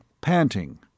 panting